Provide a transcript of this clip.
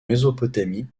mésopotamie